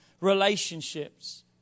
relationships